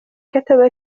كتب